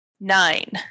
Nine